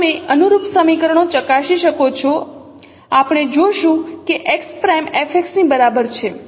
તમે અનુરૂપ સમીકરણો ચકાસી શકો છો આપણે જોશું કે x પ્રાઇમ fX ની બરાબર છે